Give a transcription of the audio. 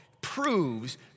proves